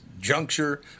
juncture